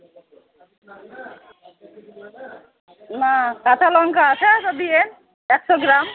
না কাঁচা লঙ্কা আছে তো দিয়েন একশো গ্রাম